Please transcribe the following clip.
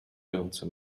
ręce